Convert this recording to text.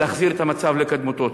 ולהחזיר את המצב לקדמותו.